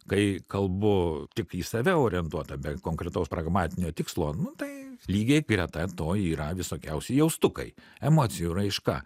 kai kalbu tik į save orientuota be konkretaus pragmatinio tikslo nu tai lygiai greta to yra visokiausi jaustukai emocijų raiška